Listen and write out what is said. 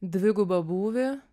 dvigubą būvį